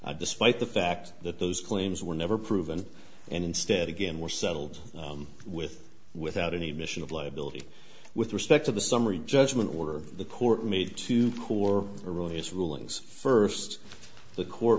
one despite the fact that those claims were never proven and instead again were settled with without any admission of liability with respect to the summary judgment order the court made to core erroneous rulings first the court